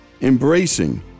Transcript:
embracing